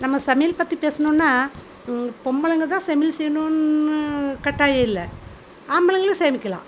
நம்ம சமையல் பற்றி பேசணுன்னா பொம்பளைங்க தான் சமையல் செய்யணுன்னு கட்டாயம் இல்லை ஆம்பளைங்களும் சமிக்கலாம்